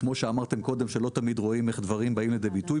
כמו שאמרתם קודם שלא תמיד רואים איך דברים באים לידי ביטוי,